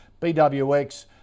BWX